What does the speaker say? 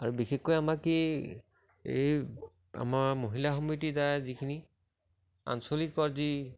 আৰু বিশেষকৈ আমাক কি এই আমাৰ মহিলাসমিতিৰ দ্বাৰাই যিখিনি আঞ্চলিকৰ যি